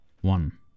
one